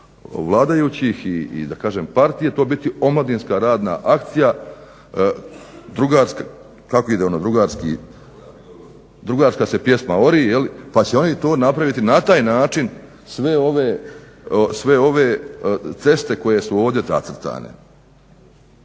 vladajućih da kažem i partije to biti omladinska radna akcija, kako ide ono "drugarska se pjesma ori" da će oni to napraviti na taj način sve ove ceste koje su ovdje zacrtane.